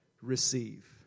receive